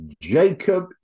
Jacob